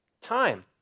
time